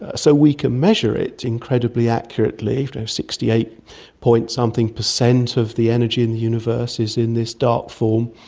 ah so we can measure it incredibly accurately, to sixty eight point something percent of the energy in the universe is in this dark form,